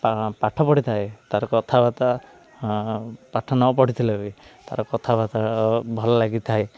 ପାଠ ପଢ଼ିଥାଏ ତା'ର କଥାବାର୍ତ୍ତା ପାଠ ନ ପଢ଼ିଥିଲେ ବି ତା'ର କଥାବାର୍ତ୍ତା ଭଲ ଲାଗିଥାଏ